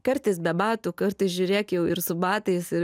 kartais be batų kartais žiūrėk jau ir su batais ir